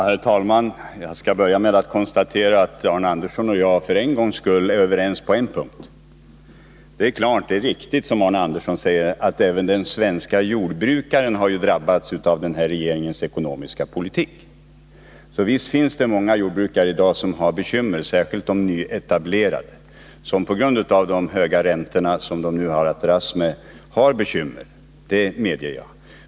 Herr talman! Jag skall börja med att konstatera att Arne Andersson i Ljung och jag för en gångs skull är överens på en punkt. Det är riktigt, som Arne Andersson säger, att även den svenske jordbrukaren har drabbats av den hir regeringens ekonomiska politik. Visst finns det jordbrukare i dag som har bekymmer. Särskilt nyetablerade jordbrukare har bekymmer på grund av de höga räntor som de nu har att dras med, det medger jag.